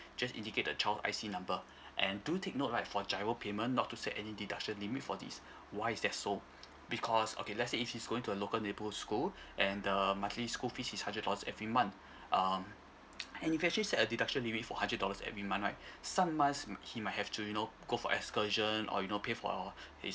just indicate the child's I_C number and do take note right for GIRO payment not to set any deduction limit for this why is that so because okay let's say if he's going to a local neighbourhood school and the monthly school fees is hundred dollars every month um and if you actually set a deduction limit for hundred dollars every month right some months m~ he might have to you know go for excursion or you know pay for his